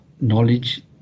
knowledge